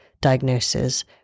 diagnosis